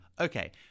Okay